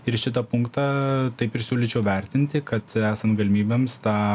ir šitą punktą taip ir siūlyčiau vertinti kad esant galimybėms tą